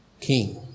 King